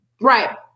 Right